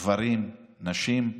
גברים, נשים.